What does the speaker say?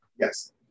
Yes